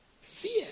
Fear